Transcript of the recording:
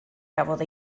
gafodd